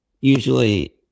usually